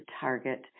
target